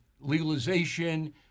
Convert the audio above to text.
legalization